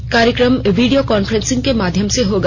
यह कार्यक्रम video conferencing के माध्यम से होगा